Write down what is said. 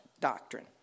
doctrine